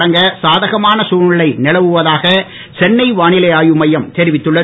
தொடங்க சாதகமான தழ்நிலை நிலவுவதாக சென்னை வானிலை ஆய்வு மையம் தெரிவித்துள்ளது